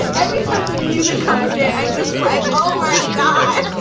every time the music comes in, i'm just like, oh, my god.